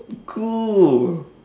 cool